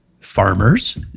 farmers